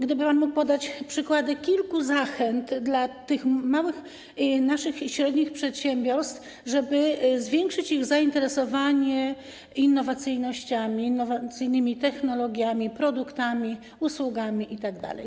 Gdyby pan mógł podać kilka przykładów zachęt dla naszych małych i średnich przedsiębiorstw, żeby zwiększyć ich zainteresowanie innowacyjnościami, innowacyjnymi technologiami, produktami, usługami itd.